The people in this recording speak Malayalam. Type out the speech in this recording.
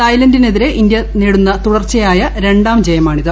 തായ്ലൻഡിനെതിരെ ഇന്ത്യ നേടുന്ന തുടർച്ചയായ രണ്ടാം ജയമാണിത്